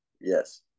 Yes